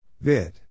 Vid